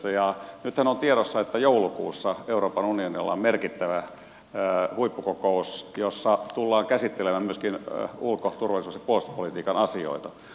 nythän on tiedossa että joulukuussa euroopan unionilla on merkittävä huippukokous jossa tullaan käsittelemään myöskin ulko turvallisuus ja puolustuspolitiikan asioita